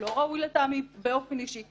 הוא לא ראוי לטעמי באופן אישי.